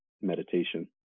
meditation